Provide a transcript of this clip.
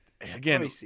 again